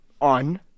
on